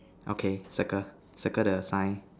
okay circle circle the sign